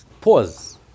Pause